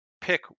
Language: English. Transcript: pick